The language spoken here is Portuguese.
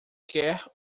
quer